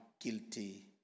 guilty